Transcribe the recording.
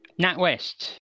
NatWest